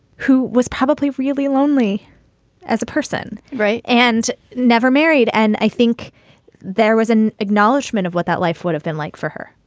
who was probably really lonely as a person right. and never married. and i think there was an acknowledgement of what life would have been like for her.